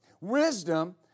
Wisdom